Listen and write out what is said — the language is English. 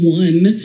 one